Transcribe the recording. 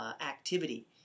activity